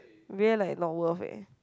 really like not worth eh